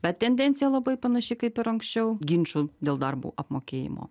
bet tendencija labai panaši kaip ir anksčiau ginčų dėl darbo apmokėjimo